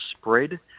spread